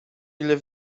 ile